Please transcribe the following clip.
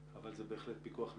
אבל זה בהחלט פיקוח נפש.